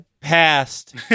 passed